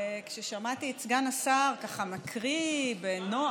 כששמעתי את סגן השר ככה מקריא בנועם,